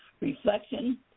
reflection